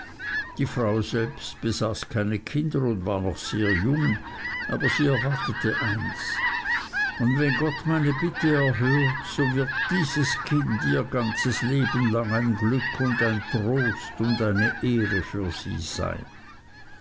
die frau selbst besaß keine kinder und war noch sehr jung aber sie erwartete eins und wenn gott meine bitte erhört so wird dieses kind ihr ganzes leben lang ein glück und ein trost und eine ehre für sie sein